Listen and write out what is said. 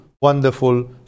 wonderful